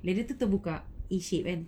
ladder tu terbuka A shape kan